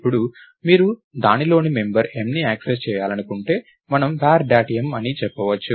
ఇప్పుడు మీరు దానిలోని మెంబర్ mని యాక్సెస్ చేయాలనుకుంటే మనం var డాట్ m అని చెప్పవచ్చు